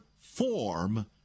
form